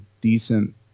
decent